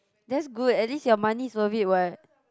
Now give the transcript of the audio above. that's good at least your money's worth it what